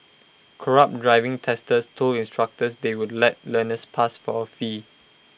corrupt driving testers told instructors they would let learners pass for A fee